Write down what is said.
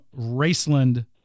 raceland